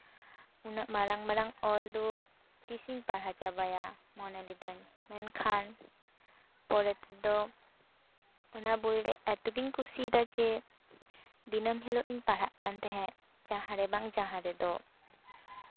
ᱩᱱᱟᱹᱜ ᱢᱟᱨᱟᱝ ᱢᱟᱨᱟᱝ ᱚᱞ ᱫᱚ ᱛᱤᱥ ᱤᱧ ᱯᱟᱲᱦᱟᱣ ᱪᱟᱵᱟᱭᱟ ᱢᱚᱱᱮ ᱞᱤᱫᱟᱹᱧ ᱢᱮᱱᱠᱷᱟᱱ ᱯᱚᱨᱮ ᱛᱮᱫᱚ ᱚᱱᱟ ᱵᱳᱭᱨᱮ ᱮᱛᱚᱜᱤᱧ ᱠᱩᱥᱤᱭᱟᱫᱟ ᱡᱮ ᱫᱤᱱᱟᱹᱢ ᱦᱤᱞᱳᱜ ᱤᱧ ᱯᱟᱲᱦᱟᱜ ᱠᱟᱱ ᱛᱟᱦᱮᱸᱫ ᱡᱟᱦᱟᱸ ᱨᱮᱵᱟᱝ ᱡᱟᱦᱟᱸ ᱨᱮᱫᱚ